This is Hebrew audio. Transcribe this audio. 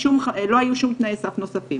ולא היו שום תנאי סף נוספים.